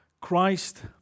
Christ